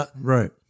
Right